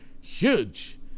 huge